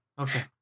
Okay